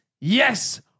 yes